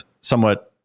somewhat